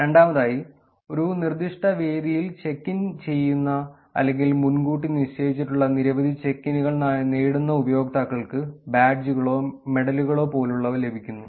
രണ്ടാമതായി ഒരു നിർദ്ദിഷ്ട വേദിയിൽ ചെക്ക് ഇൻ ചെയ്യുന്ന അല്ലെങ്കിൽ മുൻകൂട്ടി നിശ്ചയിച്ചിട്ടുള്ള നിരവധി ചെക്ക് ഇന്നുകൾ നേടുന്ന ഉപയോക്താക്കൾക്ക് ബാഡ്ജുകളോ മെഡലുകളോ പോലുള്ളവ ലഭിക്കുന്നു